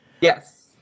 Yes